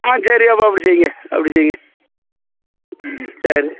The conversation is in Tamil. ஆ சரி அப்போ அப்படி செய்யுங்க அப்படி செய்யுங்க ம் சரி